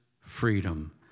freedom